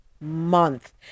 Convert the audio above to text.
Month